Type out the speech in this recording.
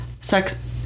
sex